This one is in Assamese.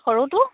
সৰুটো